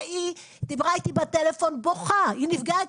וההיא דיברה איתי בטלפון בוכה, היא נפגעה.